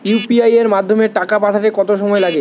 UPI এর মাধ্যমে টাকা পাঠাতে কত সময় লাগে?